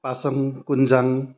Pasang Kunjang